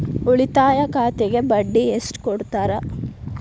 ಉಳಿತಾಯ ಖಾತೆಗೆ ಬಡ್ಡಿ ಎಷ್ಟು ಕೊಡ್ತಾರ?